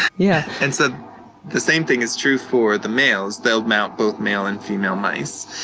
yeah and so the same thing is true for the males they'll mount both male and female mice.